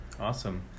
Awesome